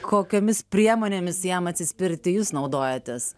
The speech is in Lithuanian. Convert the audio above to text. kokiomis priemonėmis jam atsispirti jūs naudojatės